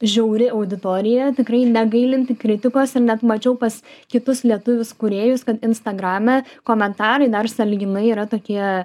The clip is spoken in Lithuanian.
žiauri auditorija tikrai negailinti kritikos ir net mačiau pas kitus lietuvius kūrėjus kad instagrame komentarai dar sąlyginai yra tokie